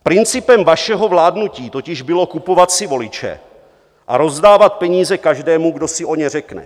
Principem vašeho vládnutí totiž bylo kupovat si voliče a rozdávat peníze každému, kdo si o ně řekne.